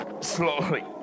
slowly